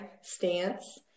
stance